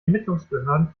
ermittlungsbehörden